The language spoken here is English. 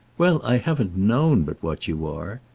well, i haven't known but what you are.